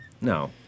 No